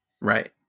Right